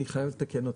אני חייב לתקן אותך,